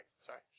sorry